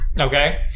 Okay